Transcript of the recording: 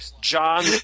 John